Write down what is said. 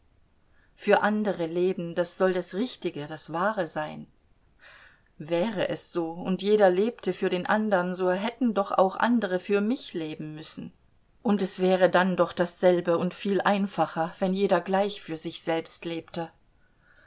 für andere leben das soll das richtige das wahre sein wäre es so und jeder lebte für den andern so hätten doch auch andere für mich leben müssen und es wäre dann doch dasselbe und viel einfacher wenn jeder gleich für sich selbst lebte